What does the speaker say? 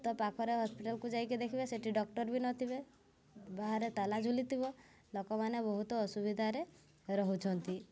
ତ ପାଖରେ ହସ୍ପିଟାଲ୍କୁ ଯାଇକି ଦେଖିବେ ସେଇଠି ଡକ୍ଟର ବି ନଥିବେ ବାହାରେ ତାଲା ଝୁଲିଥିବ ଲୋକମାନେ ବହୁତ ଅସୁବିଧାରେ ରହୁଛନ୍ତି